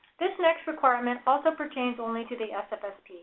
this next requirement also pertains only to the sfsp.